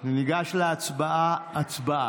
בעד,